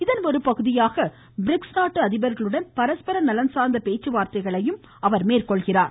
இதன் ஒருபகுதியாக பிரிக்ஸ் நாட்டு அதிபர்களுடன் பரஸ்பர நலன்சார்ந்த பேச்சுவார்த்தைகளையும் அவர் மேற்கொள்கிறார்